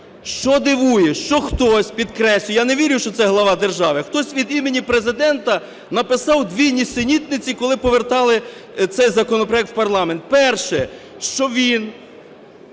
Що дивує? Що хтось, підкреслюю, я не вірю що це Глава держави, хтось від імені Президента написав дві нісенітниці коли повертали цей законопроект в парламент. Перше, що в